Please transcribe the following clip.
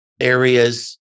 areas